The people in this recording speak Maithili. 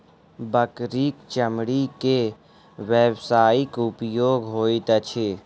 बकरीक चमड़ी के व्यवसायिक उपयोग होइत अछि